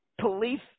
police